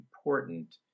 important